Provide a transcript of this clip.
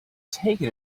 taken